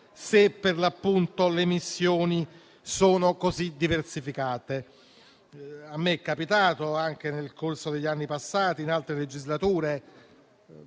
se, per l'appunto, le missioni sono così diversificate. A me è capitato, anche nel corso degli anni passati, in altre legislature,